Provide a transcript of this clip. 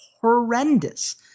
horrendous